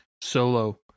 Solo